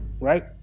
right